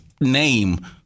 name